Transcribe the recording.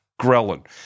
ghrelin